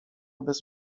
bez